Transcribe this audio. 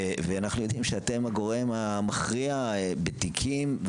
ואנחנו יודעים שאתם הגורם המכריע בתיקים,